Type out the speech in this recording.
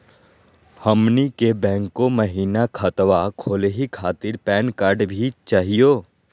हमनी के बैंको महिना खतवा खोलही खातीर पैन कार्ड भी चाहियो?